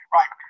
Right